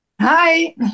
Hi